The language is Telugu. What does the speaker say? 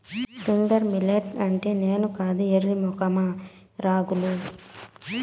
ఫింగర్ మిల్లెట్ అంటే నేను కాదు ఎర్రి మొఖమా రాగులు